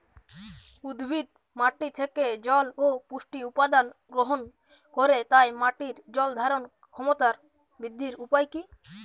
উদ্ভিদ মাটি থেকে জল ও পুষ্টি উপাদান গ্রহণ করে তাই মাটির জল ধারণ ক্ষমতার বৃদ্ধির উপায় কী?